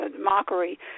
mockery